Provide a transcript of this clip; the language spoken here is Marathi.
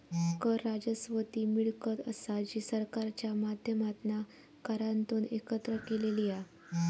कर राजस्व ती मिळकत असा जी सरकारच्या माध्यमातना करांतून एकत्र केलेली हा